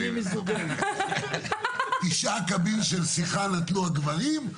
זה בהקשר של השער השלישי.